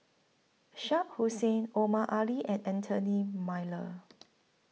Shah Hussain Omar Ali and Anthony Miller